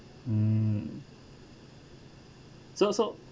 mm so so